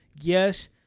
Yes